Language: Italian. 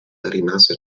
rimase